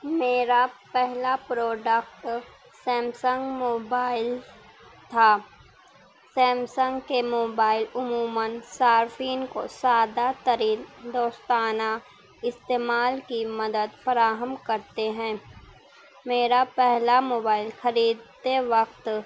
میرا پہلا product Samsung mobile تھا سیمسنگ کے موبائل عموماً صارفین کو سادہ ترین دوستانہ استعمال کی مدد فراہم کرتے ہیں میرا پہلا موبائل خریدتے وقت